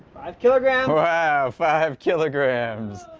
five kilograms wow five kilograms